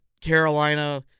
Carolina